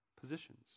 positions